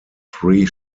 three